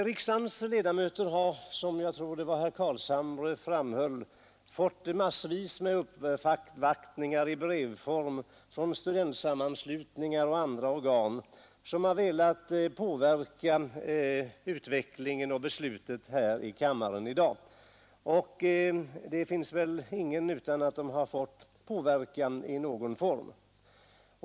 Riksdagens ledamöter har — jag tror det var herr Carlshamre som framhöll det — fått mängder av brevuppvaktningar från studentsammanslutningar och andra organ i vilka man har velat påverka utvecklingen och beslutet här i kammaren. Ingen här i dag har väl undgått påverkan i någon form.